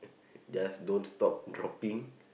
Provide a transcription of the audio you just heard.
just don't stop dropping